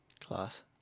Class